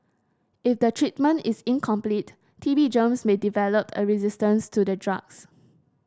if the treatment is incomplete T B germs may develop a resistance to the drugs